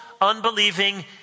unbelieving